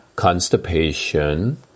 constipation